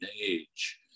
age